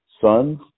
sons